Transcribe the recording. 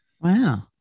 Wow